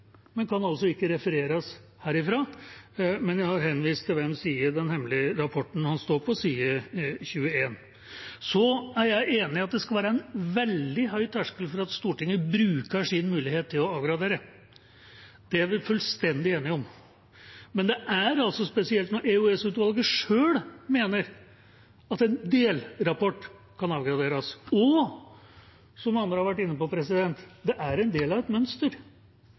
men kan altså ikke refereres herfra. Men jeg har henvist til hvilken side i den hemmelige rapporten det står på, side 21. Så er jeg enig i at det skal være en veldig høy terskel for at Stortinget bruker sin mulighet til å avgradere. Det er vi fullstendig enige om. Men det er spesielt når EOS-utvalget selv mener at en delrapport kan avgraderes. Som andre har vært inne på, er det en del av et mønster,